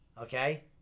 Okay